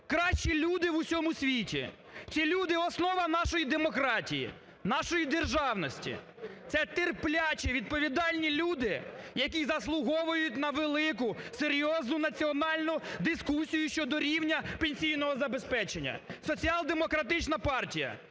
кращі люди в усьому світі, ці люди – основа нашої демократії, нашої державності, це терплячі відповідальні люди, які заслуговують на велику, серйозну національну дискусію щодо рівня пенсійного забезпечення. Соціал-демократична партія,